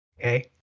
Okay